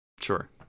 sure